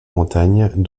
montagne